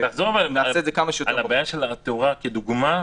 תחזור על הבעיה של התאורה כדוגמה.